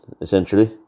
essentially